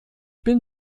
bin